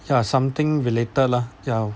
ya something related lah ya